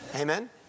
Amen